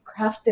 crafted